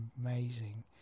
amazing